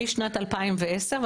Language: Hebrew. משנת 2010,